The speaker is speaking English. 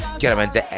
chiaramente